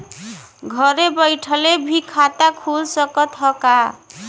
घरे बइठले भी खाता खुल सकत ह का?